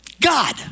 God